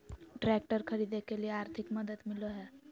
Tractor खरीदे के लिए आर्थिक मदद मिलो है?